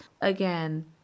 Again